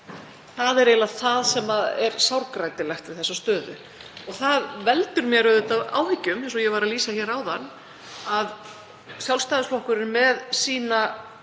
Það er eiginlega það sem er sárgrætilegt við þessa stöðu og það veldur mér auðvitað áhyggjum, eins og ég var að lýsa hér áðan, að Sjálfstæðisflokkurinn með sína